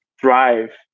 thrive